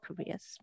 careers